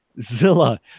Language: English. Zilla